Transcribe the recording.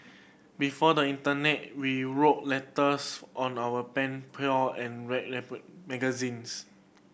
before the internet we wrote letters on our pen pal and read magazines